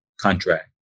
contract